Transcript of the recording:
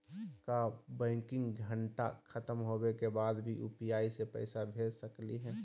का बैंकिंग घंटा खत्म होवे के बाद भी यू.पी.आई से पैसा भेज सकली हे?